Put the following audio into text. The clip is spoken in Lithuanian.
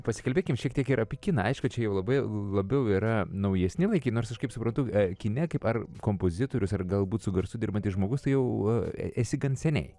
pasikalbėkim šiek tiek ir apie kiną aišku čia jau labai labiau yra naujesni laikai nors aš kaip suprantu kine kaip ar kompozitorius ar galbūt su garsu dirbantis žmogus jau esi gan seniai